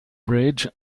bridge